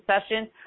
session